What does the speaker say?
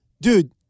dude